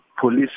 police